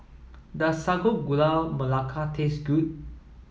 does Sago Gula Melaka taste good